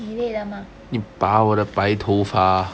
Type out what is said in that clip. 你累了吗